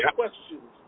questions